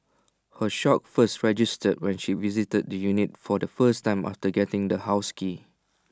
her shock first registered when she visited the unit for the first time after getting the house key